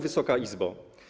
Wysoka Izbo!